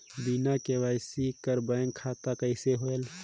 बिना के.वाई.सी कर बैंक खाता कौन होएल?